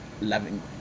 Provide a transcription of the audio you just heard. loving